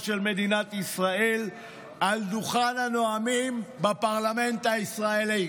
של מדינת ישראל על דוכן הנואמים בפרלמנט הישראלי,